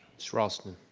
miss ralston.